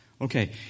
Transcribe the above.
okay